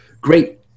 great